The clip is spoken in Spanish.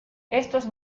estos